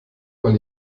mal